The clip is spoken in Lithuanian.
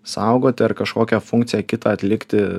saugoti ar kažkokią funkciją kitą atlikti